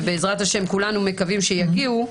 ובעזרת השם כולנו מקווים שיגיעו,